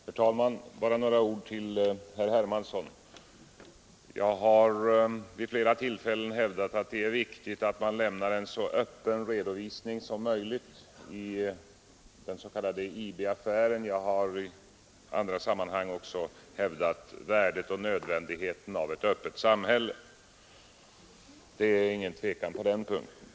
Herr talman! Bara några ord till herr Hermansson. Jag har vid flera tillfällen hävdat att det är viktigt att man lämnar en så öppen redovisning som möjligt i den s.k. IB-affären. Jag har i andra sammanhang också hävdat värdet och nödvändigheten av ett öppet samhälle. Det råder ingen tvekan på den punkten.